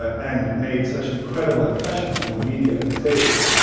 and made such an incredible impression on the media of his age,